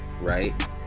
right